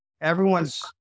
everyone's